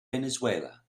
venezuela